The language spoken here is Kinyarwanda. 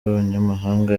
b’abanyamahanga